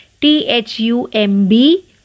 t-h-u-m-b